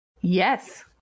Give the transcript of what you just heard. Yes